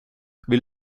vill